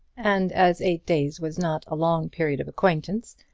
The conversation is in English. and as eight days was not a long period of acquaintance,